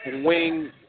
wing